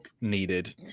needed